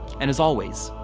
and as always,